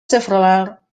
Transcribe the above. several